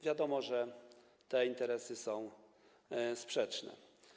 Wiadomo, że te interesy są sprzeczne.